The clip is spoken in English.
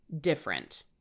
different